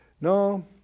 No